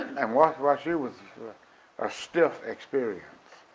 and wash wash u was a stiff experience.